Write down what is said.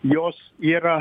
jos yra